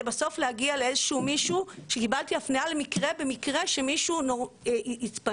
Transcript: בסוף להגיע לאיזשהו מישהו שקיבלתי הפנייה במקרה שמישהו התפנה.